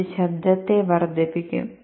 അത് ശബ്ദത്തെ വർദ്ധിപ്പിക്കും